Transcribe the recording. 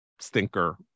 Stinker